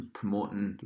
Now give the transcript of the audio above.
promoting